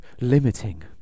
limiting